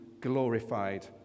glorified